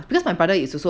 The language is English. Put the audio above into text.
oo